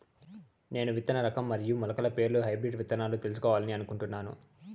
నేను విత్తన రకం మరియు మొలకల పేర్లు హైబ్రిడ్ విత్తనాలను తెలుసుకోవాలని అనుకుంటున్నాను?